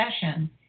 session